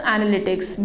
Analytics